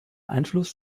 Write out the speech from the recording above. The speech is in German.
einfluss